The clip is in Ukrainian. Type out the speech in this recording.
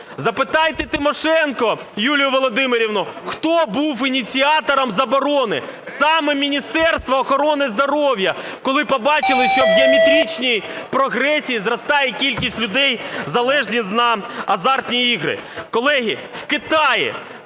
Запитайте Тимошенко Юлію Володимирівну, хто був ініціатором заборони – саме Міністерство охорони здоров'я, коли побачили, що в геометричній прогресії зростає кількість людей, залежних на азартні ігри. Колеги, в Китаї,